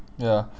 ya